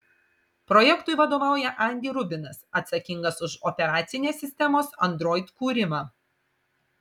projektui vadovauja andy rubinas atsakingas už operacinės sistemos android kūrimą